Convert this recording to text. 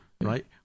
right